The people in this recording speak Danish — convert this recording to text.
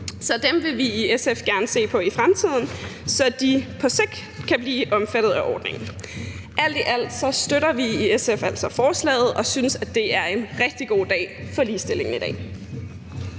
Så dem vil vi i SF gerne se på i fremtiden, så de på sigt kan blive omfattet af ordningen. Alt i alt støtter vi i SF altså forslaget og synes, at det er en rigtig god dag for ligestillingen i dag.